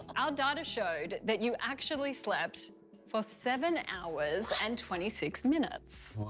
our data showed that you actually slept for seven hours and twenty six minutes.